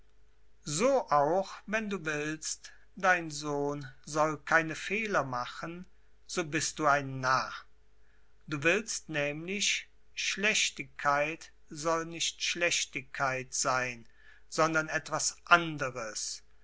so auch wenn du willst dein sohn soll keine fehler machen so bist du ein narr du willst nemlich schlechtigkeit soll nicht schlechtigkeit sein sondern etwas anderes